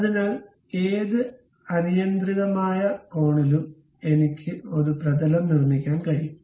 അതിനാൽ ഏത് അനിയന്ത്രിതമായ കോണിലും എനിക്ക് ഒരു പ്രതലം നിർമ്മിക്കാൻ കഴിയും